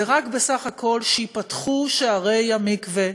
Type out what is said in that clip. בסך הכול רק שייפתחו שערי המקווה,